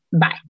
Bye